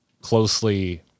closely